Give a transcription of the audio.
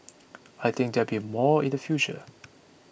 I think there be more in the future